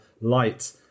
light